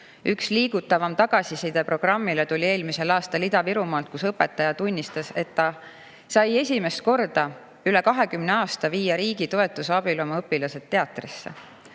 Üks liigutavam tagasiside programmile tuli eelmisel aastal Ida-Virumaalt, kus õpetaja tunnistas, et ta sai esimest korda üle 20 aasta viia riigi toetuse abil oma õpilased teatrisse.